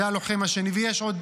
זה הלוחם השני, ויש עוד